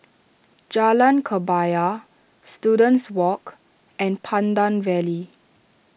Jalan Kebaya Students Walk and Pandan Valley